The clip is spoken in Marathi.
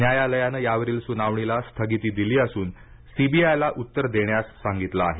न्यायालयानं यावरील सुनावणीला स्थगिती दिली असून सीबीआय ला उत्तर देण्यास सांगितलं आहे